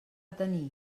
tenir